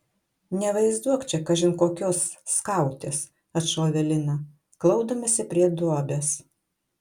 nevaizduok čia kažin kokios skautės atšovė lina klaupdamasi prie duobės